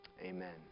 amen